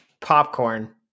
popcorn